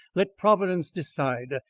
let providence decide.